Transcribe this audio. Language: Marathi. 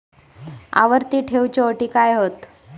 आवर्ती ठेव च्यो अटी काय हत?